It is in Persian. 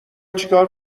چیکار